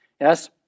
Yes